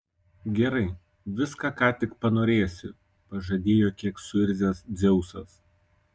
gerai viską ką tik panorėsi pažadėjo kiek suirzęs dzeusas